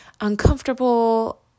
uncomfortable